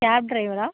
gap டிரைவரா